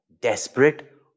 desperate